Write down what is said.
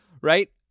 right